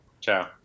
Ciao